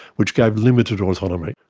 which gave limited autonomy.